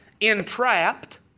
entrapped